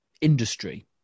industry